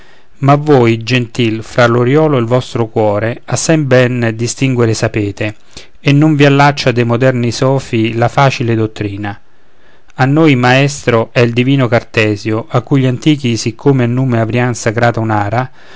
ma voi gentil fra l'oriolo e il vostro cuore assai ben distinguere sapete e non vi allaccia dei moderni sofi la facile dottrina a noi maestro è il divino cartesio a cui gli antichi siccome a nume avrian sacrata un'ara